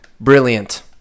Brilliant